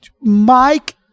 Mike